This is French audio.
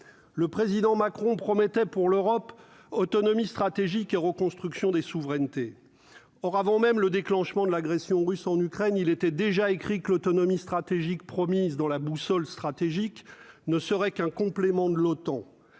le président Macron promettait pour l'Europe, autonomie stratégique et reconstruction des souverainetés or avant même le déclenchement de l'agression russe en Ukraine, il était déjà écrit que l'autonomie stratégique promise dans la boussole stratégique ne serait qu'un complément de l'OTAN,